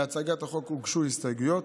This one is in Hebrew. להצעת החוק הוגשו הסתייגויות.